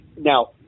Now